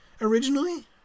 originally